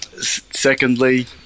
Secondly